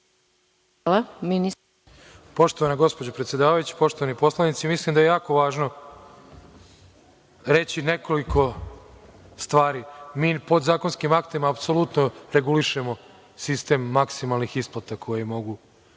Nedimović** Poštovana gospođo predsedavajuća, poštovani narodni poslanici, mislim da je jako važno reći nekoliko stvari. Mi podzakonskim zakonskim aktima apsolutno regulišemo sistem maksimalnih isplata koje mogu